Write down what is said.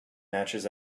matches